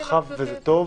זה רחב וזה טוב,